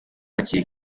hakiri